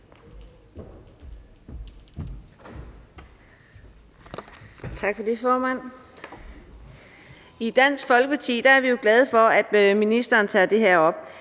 I Dansk Folkeparti er vi jo glade for, at ministeren tager det her